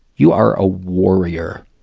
you are a warrior.